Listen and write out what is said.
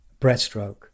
Breaststroke